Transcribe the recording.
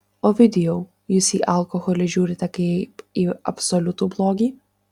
ovidijau jūs į alkoholį žiūrite kaip į absoliutų blogį